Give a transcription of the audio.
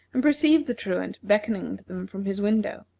and perceived the truant beckoning to them from his window.